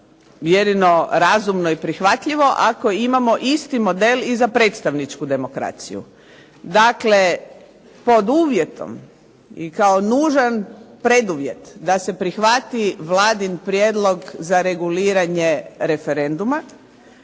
jedino razumno i prihvatljivo ako imamo isti model i za predstavničku demokraciju. Dakle, pod uvjetom i kao nužan preduvjet da se prihvati Vladin prijedlog za reguliranje referenduma